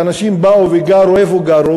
שאנשים באו וגרו, איפה גרו?